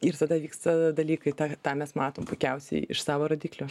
ir tada vyksta dalykai tą tą mes matom puikiausiai iš savo rodiklių